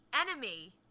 Enemy